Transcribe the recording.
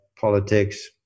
politics